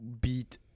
beat